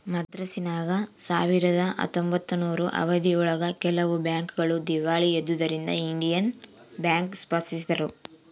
ಮದ್ರಾಸಿನಾಗ ಸಾವಿರದ ಹತ್ತೊಂಬತ್ತನೂರು ಅವಧಿ ಒಳಗ ಕೆಲವು ಬ್ಯಾಂಕ್ ಗಳು ದೀವಾಳಿ ಎದ್ದುದರಿಂದ ಇಂಡಿಯನ್ ಬ್ಯಾಂಕ್ ಸ್ಪಾಪಿಸಿದ್ರು